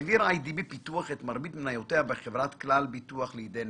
העבירה אי די בי פיתוח את מרבית מניותיה בחברת כלל ביטוח לידי נאמן.